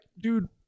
dude